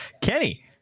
Kenny